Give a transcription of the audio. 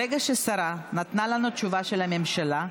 ברגע שהשרה נתנה לנו תשובה של הממשלה,